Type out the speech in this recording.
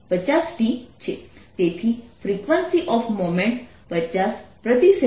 તેથી frequency of moment 50 પ્રતિ second છે